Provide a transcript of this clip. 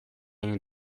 egin